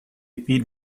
feed